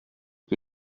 que